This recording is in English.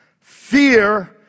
Fear